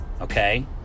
okay